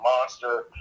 monster